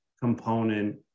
component